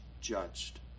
judged